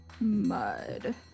mud